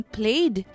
played